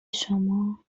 شما